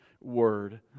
Word